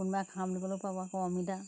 কোনোবাই খাম বুলি ক'লেও পাব আকৌ অমিতা